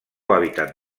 hàbitat